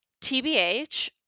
TBH